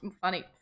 Funny